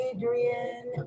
Adrian